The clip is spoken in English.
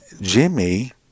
Jimmy